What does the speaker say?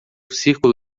círculo